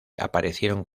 aparecieron